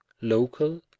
local